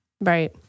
Right